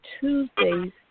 Tuesdays